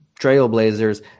Trailblazers